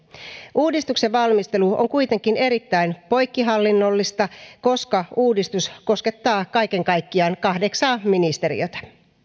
uudistuksen valmistelu on kuitenkin erittäin poikkihallinnollista koska uudistus koskettaa kaiken kaikkiaan kahdeksaa ministeriötä